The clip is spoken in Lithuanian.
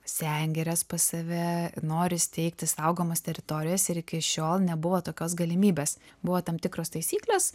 sengires pas save nori steigti saugomas teritorijas ir iki šiol nebuvo tokios galimybės buvo tam tikros taisyklės